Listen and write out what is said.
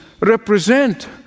represent